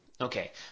Okay